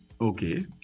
okay